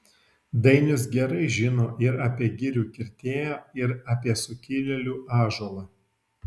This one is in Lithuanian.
dainius gerai žino ir apie girių kirtėją ir apie sukilėlių ąžuolą